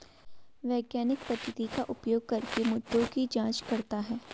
वैज्ञानिक पद्धति का उपयोग करके मुद्दों की जांच करता है